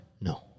No